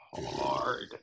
hard